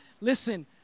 Listen